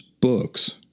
books